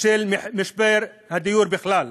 על משבר הדיור בכלל.